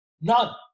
None